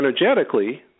energetically